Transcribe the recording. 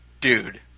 dude